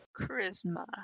Charisma